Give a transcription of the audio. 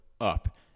up